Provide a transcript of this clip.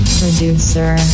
producer